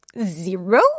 zero